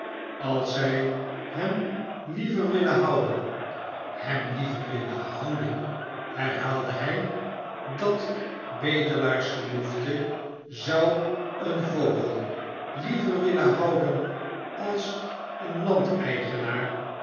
als zij hem hever willen houden hem liever willen houden herhaalde nij dat bedelaarsgeboefte zou een vogel liever willen houden als een